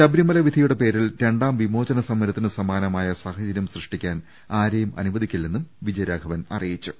ശബരി മല വിധിയുടെ പേരിൽ രണ്ടാം വിമോചനസമരത്തിന് സമാനമായ സാഹചര്യം സൃഷ്ടിക്കാൻ ആരെയും അനുവദിക്കില്ലെന്നും വിജ യരാഘവൻ അറിയിച്ചു